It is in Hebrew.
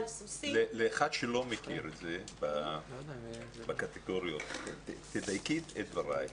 לאחד שלא מכיר את זה בקטגוריות, תדייקי את דבריך.